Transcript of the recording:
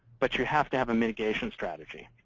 but you have to have a mitigation strategy.